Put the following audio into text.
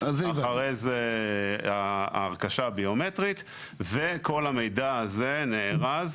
אחר כך הרכשה ביומטרית וכל המידע הזה נארז,